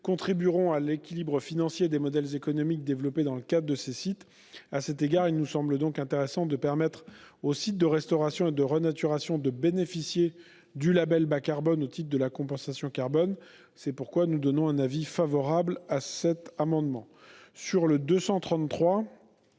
contribueront à l'équilibre financier des modèles économiques développés dans le cadre de ces sites. À cet égard, il nous semble donc intéressant de permettre aux SNRR de bénéficier du label bas-carbone au titre de la compensation carbone. C'est pourquoi nous donnons un avis favorable sur l'amendement